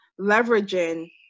leveraging